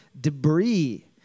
debris